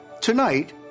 Tonight